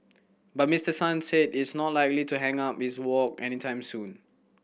but Mister Sang said is not likely to hang up his wok anytime soon